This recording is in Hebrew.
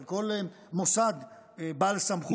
של כל מוסד בעל סמכות במדינה,